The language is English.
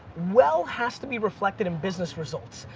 well has to be reflected in business results.